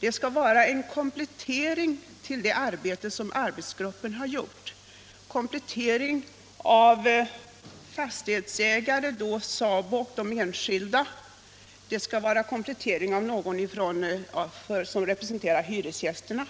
Det skall vara en komplettering till det arbete som arbetsgruppen har gjort, en komplettering av fastighetsägare, SABO och de enskilda, en komplettering av representanter för hyresgästerna